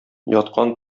яткан